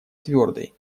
твердой